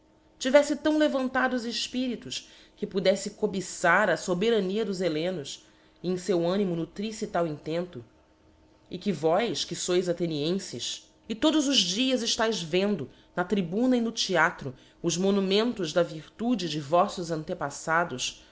tivefle tão levantados efpiritos que podeffe cobiçar foberania dos hellenos e em feu animo nqtriffe tal intento e que vós que fois athenienfes e todos os dias estaes vendo na tribuna e no theatro os monumentos da virtude de voílbs antepaífados